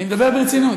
אני מדבר ברצינות.